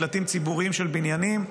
במקלטים ציבוריים של בניינים.